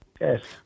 yes